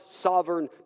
sovereign